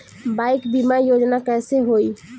Bike बीमा योजना कैसे होई?